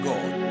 God